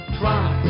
try